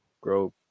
grow